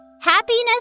Happiness